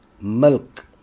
milk